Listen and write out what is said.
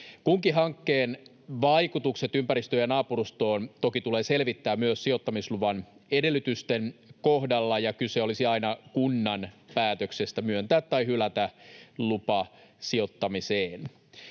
Kunkin hankkeen vaikutukset ympäristöön ja naapurustoon toki tulee selvittää myös sijoittamisluvan edellytysten kohdalla, ja kyse olisi aina kunnan päätöksestä myöntää tai hylätä lupa sijoittamiseen.